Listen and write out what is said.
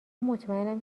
مطمئنم